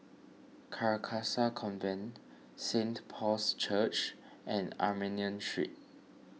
Carcasa Convent Saint Paul's Church and Armenian Street